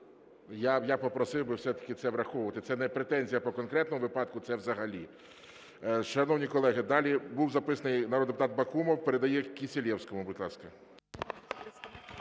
Я попросив би все-таки це врахувати. Це не претензія по конкретному випадку, це взагалі. Шановні колеги, далі був записаний народний депутат Бакумов, передає Кисилевському. Будь ласка.